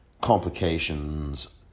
complications